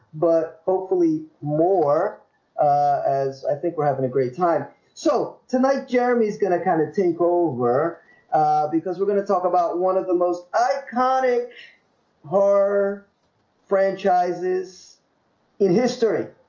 but hopefully more as i think we're having a great time so tonight jeremy's gonna kind of take over because we're going to talk about one of the most iconic horror franchises in history.